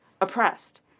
oppressed